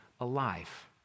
alive